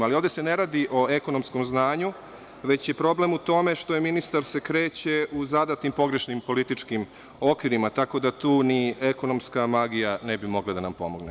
Ali, ovde se ne radi o ekonomskom znanju, već je problem u tome što se ministar kreće u zadatim pogrešnim političkim okvirima, tako da tu ni ekonomska magija ne bi mogla da nam pomogne.